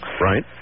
Right